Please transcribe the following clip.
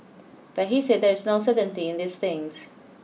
but he said there is no certainly in these things